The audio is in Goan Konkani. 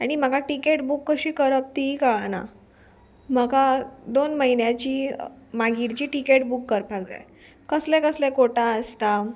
आनी म्हाका टिकेट बूक कशी करप ती कळना म्हाका दोन म्हयन्याची मागीर जी टिकेट बूक करपाक जाय कसले कसले कोटा आसता